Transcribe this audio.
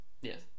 Yes